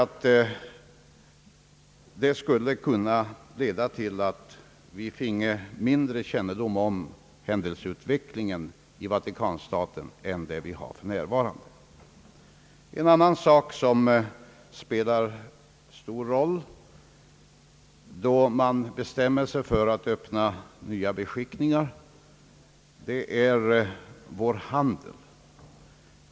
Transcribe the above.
Det hela skulle kunna leda till att vi finge sämre kännedom om händelseutvecklingen i Vatikanstaten än vi har för närvarande. En annan sak som spelar stor roll då man bestämmer sig för att öppna nya beskickningar är vår handel.